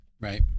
Right